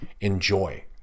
enjoy